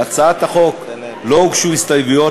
להצעת החוק לא הוגשו הסתייגויות,